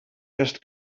erst